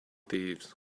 thieves